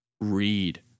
Read